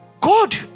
god